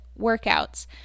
workouts